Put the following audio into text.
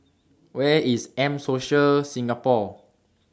Where IS M Social Singapore